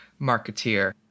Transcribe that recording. marketeer